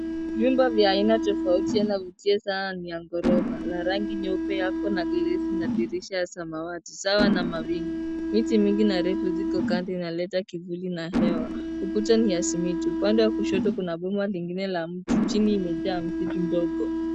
Vyumba vya aina tofauti yanavutia sana ni ya ghorofa, na rangi nyeupe yako na glasi na dirisha ya samawati sawa na mawingu. Miti mingi na refu ziko kando inaleta kivuli na hewa. Ukuta ni ya simiti. Upande wa kushoto kuna boma lingine la mti. Chini imejaa mdogo.